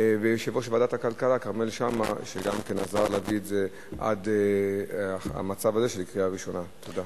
ותועבר לוועדת הכלכלה להכנתה לקריאה שנייה ושלישית.